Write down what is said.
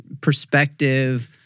perspective